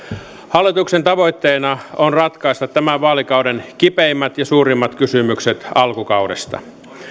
hallituksen tavoitteena on ratkaista tämän vaalikauden kipeimmät ja suurimmat kysymykset alkukaudesta